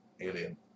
Alien